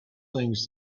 things